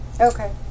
Okay